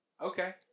Okay